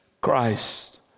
Christ